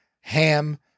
ham